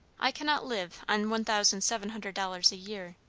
i cannot live on one thousand seven hundred dollars a year,